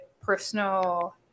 personal